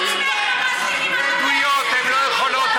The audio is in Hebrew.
גם של נשים בדואיות שלא יכולות,